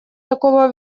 такого